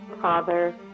father